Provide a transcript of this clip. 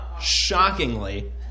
Shockingly